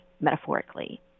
metaphorically